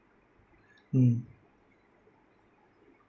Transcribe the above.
mm